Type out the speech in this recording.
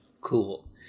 cool